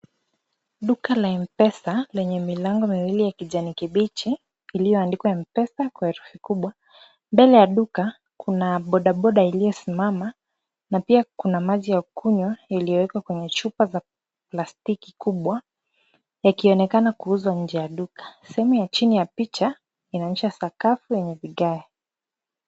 Duka la mpesa lenye milango miwili ya kijani kibichi, iliyoandikwa M-pesa kwa herufi kubwa. Mbele ya duka, kuna boda boda iliyosimama, na pia kuna maji ya kunywa yaliyowekwa kwenye chupa za plastiki kubwa, yakionekana kuuzwa nje ya duka. Sehemu ya chini inaonyesha sakafu yenye vigae.